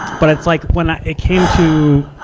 but it's like, when i, it came to,